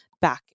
back